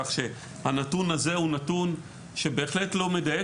כך שהנתון הזה הוא נתון שלא מדייק,